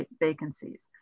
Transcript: vacancies